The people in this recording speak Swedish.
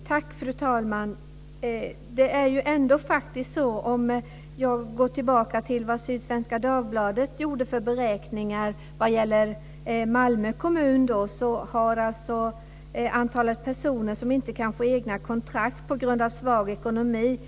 Fru talman! Jag kan gå tillbaka till de beräkningar som Sydsvenska Dagbladet gjorde vad gäller Malmö kommun. Antalet personer som inte kan få egna kontrakt på grund av svag ekonomi har ökat.